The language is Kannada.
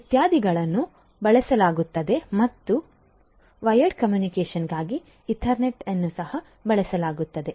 ಇತ್ಯಾದಿಗಳನ್ನು ಬಳಸಲಾಗುತ್ತದೆ ಮತ್ತು ತಂತಿಗಾಗಿ ಎತರ್ನೆಟ್ ಅನ್ನು ಸಹ ಬಳಸಲಾಗುತ್ತದೆ